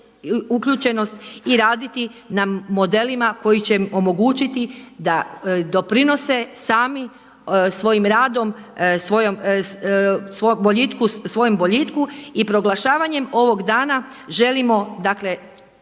uključenost i raditi na modelima koji će omogućiti da doprinose sami svojim radom, svojem boljitku, svojem boljitku i proglašavanjem ovog dana želimo dakle